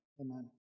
amen